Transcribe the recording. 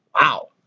Wow